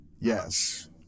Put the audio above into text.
Yes